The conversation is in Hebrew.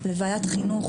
לוועדת החינוך,